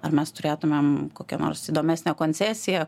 ar mes turėtumėm kokią nors įdomesnę koncesiją